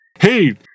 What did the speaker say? Hey